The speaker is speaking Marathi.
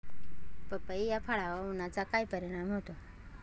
पपई या फळावर उन्हाचा काय परिणाम होतो?